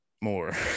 more